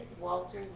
Walter